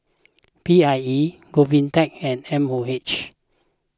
P I E Govtech and M O H